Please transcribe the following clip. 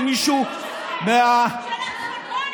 בזבוזים?